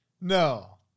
No